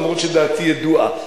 למרות שדעתי ידועה.